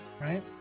Right